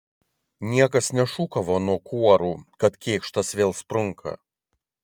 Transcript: niekas nešūkavo nuo kuorų kad kėkštas vėl sprunka